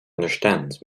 understand